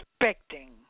expecting